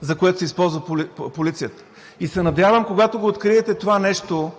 за което се използва полицията. И се надявам, когато го откриете това нещо,